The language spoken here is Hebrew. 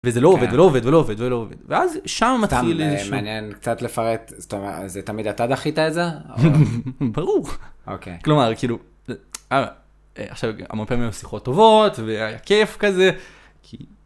וזה לא עובד ולא עובד ולא עובד ולא עובד ואז שם מתחיל איזשהו מעניין קצת לפרט זאת אומרת זה תמיד אתה דחי איתה איזה ברור. אוקיי כלומר כאילו. עכשיו 100 פעמים שיחות טובות והיה כיף כזה.